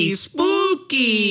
spooky